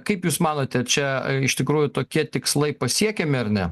kaip jūs manote čia iš tikrųjų tokie tikslai pasiekiami ar ne